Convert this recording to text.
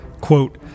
quote